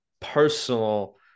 personal